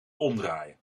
omdraaien